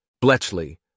Bletchley